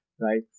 right